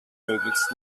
möglichst